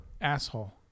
Asshole